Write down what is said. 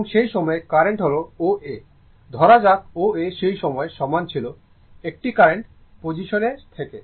এবং সেই সময় কারেন্ট হল O A ধরা যাক O A সেই সময় সমান ছিল একটি কারেন্ট পজিশনের সাথে